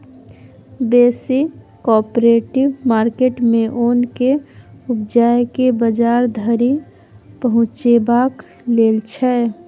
बेसी cooperative market मे ओन केँ उपजाए केँ बजार धरि पहुँचेबाक लेल छै